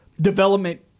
development